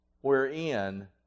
wherein